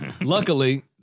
luckily